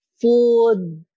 food